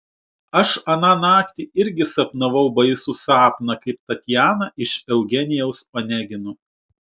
aš aną naktį irgi sapnavau baisų sapną kaip tatjana iš eugenijaus onegino